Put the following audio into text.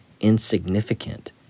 insignificant